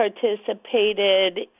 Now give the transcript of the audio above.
participated